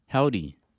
Howdy